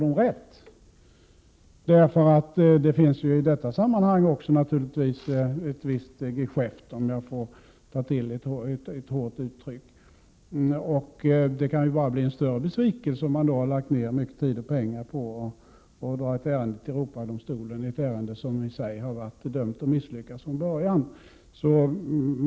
Det finns ju också i detta sammanhang naturligtvis — om jag får ta till ett hårt uttryck — ett visst geschäft. Besvikelsen skulle ju bara bli större, om man har lagt ned mycket tid och stora pengar på att dra ett ärende till Europadomstolen som i Sverige från början hade varit dömt att misslyckas.